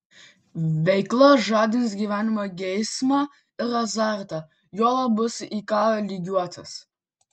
veikla žadins gyvenimo geismą ir azartą juolab bus į ką lygiuotis